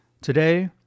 today